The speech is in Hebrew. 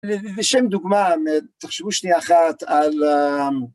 בשם דוגמה, תחשבו שנייה אחת על...